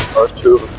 us to